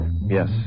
Yes